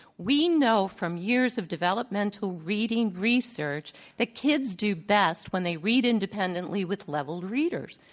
we know from years of developmental reading research that kids do best when they read independently with leveled readers.